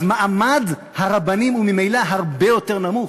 אז מעמד הרבנים הוא ממילא הרבה יותר נמוך,